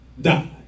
died